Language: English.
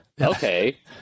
okay